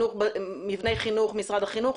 מבני חינוך משרד החינוך?